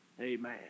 Amen